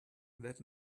that